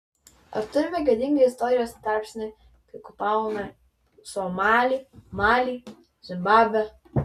ar turime gėdingą istorijos tarpsnį kai okupavome somalį malį zimbabvę